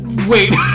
Wait